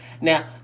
Now